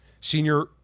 senior